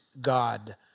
God